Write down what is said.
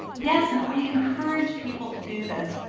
yes, and i encourage people to do this.